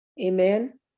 amen